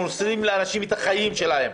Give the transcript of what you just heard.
אנחנו הורסים לאנשים את החיים שלהם.